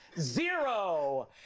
zero